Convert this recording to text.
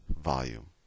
volume